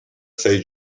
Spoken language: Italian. sei